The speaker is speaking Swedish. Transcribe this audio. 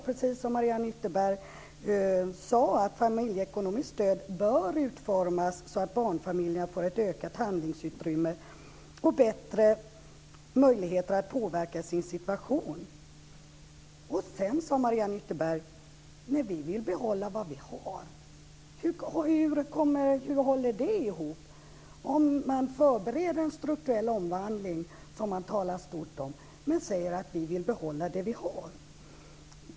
Precis som Mariann Ytterberg sade står det att familjeekonomiskt stöd bör utformas så att barnfamiljerna får ett ökat handlingsutrymme och bättre möjligheter att påverka sin situation. Men sedan sade Mariann Ytterberg: Vi vill behålla vad vi har! Hur håller det ihop? Man förbereder en strukturell omvandling, som man talar stort om, men säger att man vill behålla det som man har.